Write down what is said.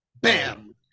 bam